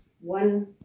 one